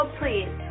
please